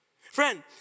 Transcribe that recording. Friend